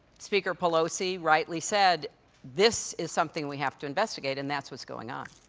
speaker pelosi rightly said this is something we have to investigate, and that's what's going on.